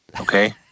Okay